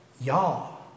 Y'all